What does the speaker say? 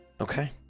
Okay